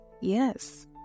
Yes